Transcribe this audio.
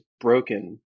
broken